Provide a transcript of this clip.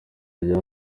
rya